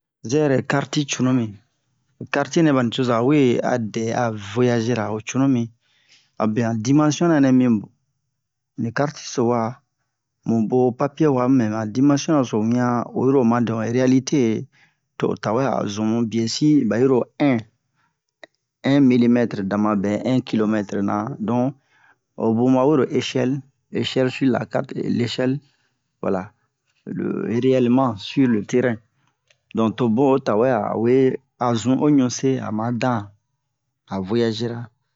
zɛrɛ karti cunimi ho karti nɛ ɓa nucuza we a dɛ a voyazera ho cunumi abe han dimansiyon-na nɛ mi ni karti-so waa mubo papiye waa mu mi mɛ han dimansiyon-na so wiɲan oyiro oma dɛmu ho reyalite to o tawɛ a o zun mu biye-si ɓayiro Un Un milimɛtre dama bɛ Un kilomɛtre na donk ho bun ɓawero eshɛl eshɛl sir la karte e leshɛl wala reyɛleman sir la karte sir le terɛn donk to bun o tawɛ awe a zun o ɲunse ama dan voyazera